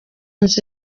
nzu